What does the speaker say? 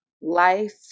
life